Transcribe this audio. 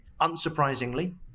Unsurprisingly